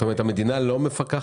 זאת אומרת, המדינה לא מפקחת?